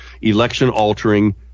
election-altering